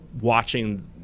watching